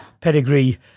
pedigree